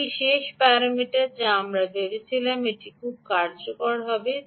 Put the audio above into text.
একটি শেষ প্যারামিটার যা আমি ভেবেছিলাম এটি খুব কার্যকর হবে